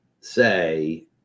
say